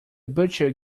butcher